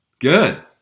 good